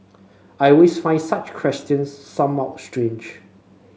I with find such questions some out strange